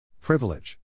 Privilege